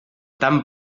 tant